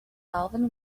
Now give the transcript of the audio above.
alvin